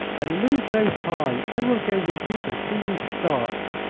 then lose no time. i will go with you and see you start.